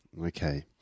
Okay